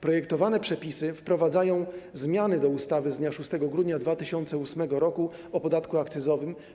Projektowane przepisy wprowadzają zmiany do ustawy z dnia 6 grudnia 2008 r. o podatku akcyzowym.